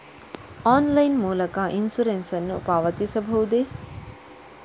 Online ಮೂಲಕ insurance ನ್ನು ಪಾವತಿಸಬಹುದೇ?